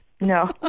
No